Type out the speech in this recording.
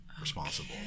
responsible